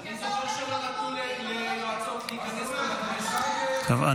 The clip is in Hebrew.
כי אתה אומר דברים, אני